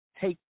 take